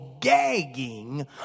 gagging